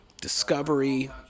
Discovery